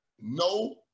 No